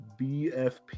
BFP